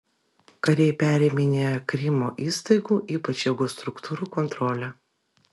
kariai periminėja krymo įstaigų ypač jėgos struktūrų kontrolę